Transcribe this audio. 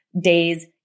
days